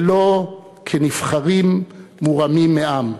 ולא כנבחרים מורמים מעם.